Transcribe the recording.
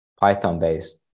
Python-based